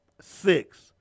Six